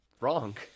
wrong